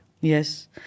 Yes